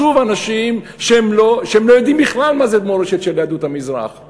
שוב אנשים שלא יודעים בכלל מה זה מורשת של יהדות ספרד.